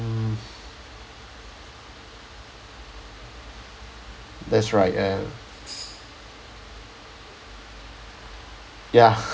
mm that's right ya ya